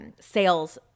sales